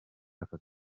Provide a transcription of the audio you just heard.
aka